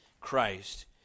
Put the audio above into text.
Christ